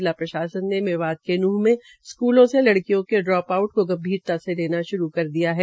जिला प्रशासन ने मेवात के नूंह मे स्कूलों से लड़कियों के ड्रोप आउट की गंभीरता से लेना श्रू कर दिया है